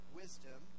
wisdom